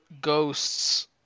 Ghosts